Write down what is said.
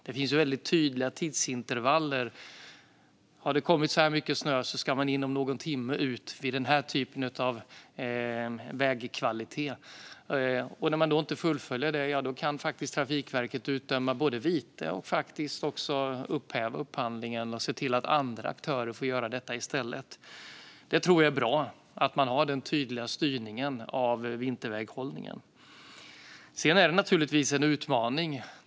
Det finns tydliga tidsintervall - har det kommit så här mycket snö ska man inom någon timme ut vid den här typen av vägkvalitet. Om man inte fullföljer det, ja, då kan Trafikverket både utdöma vite och faktiskt häva upphandlingen och se till att andra aktörer får göra detta i stället. Jag tror att det är bra att man har den tydliga styrningen av vinterväghållningen. Sedan är detta naturligtvis en utmaning.